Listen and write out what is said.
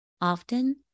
Often